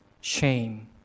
shame